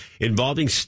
involving